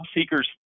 seekers